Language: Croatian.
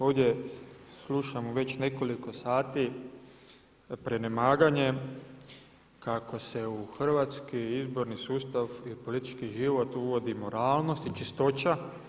Ovdje slušamo već nekoliko sati prenemaganje kako se u hrvatski izborni sustav i politički život uvodi moralnost i čistoća.